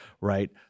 right—